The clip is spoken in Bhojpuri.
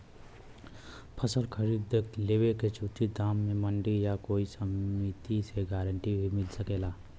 फसल खरीद लेवे क उचित दाम में मंडी या कोई समिति से गारंटी भी मिल सकेला?